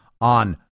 on